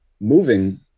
moving